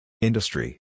Industry